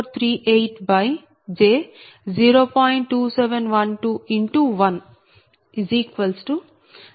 4697 p